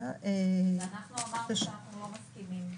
ואנחנו אמרנו שאנחנו לא מסכימים.